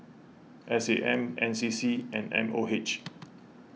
S A M N C C and M O H